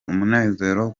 umunezero